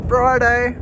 Friday